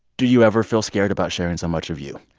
do you ever feel scared about sharing so much of you?